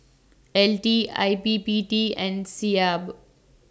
L T I P P T and Seab